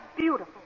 beautiful